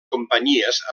companyies